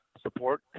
support